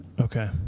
Okay